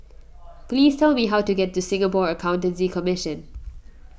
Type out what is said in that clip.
please tell me how to get to Singapore Accountancy Commission